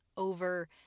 over